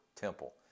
temple